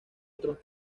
otros